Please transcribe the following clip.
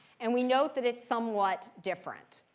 and we note that it's somewhat different.